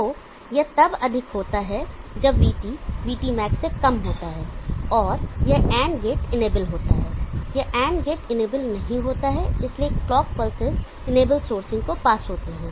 तो यह तब अधिक होता है जब VT VTmax से कम होता है और यह AND गेट इनेबल होता है यह AND गेट इनेबल नहीं होता है इसलिए क्लॉक पल्सेस इनेबल सोर्सिंग को पास होती है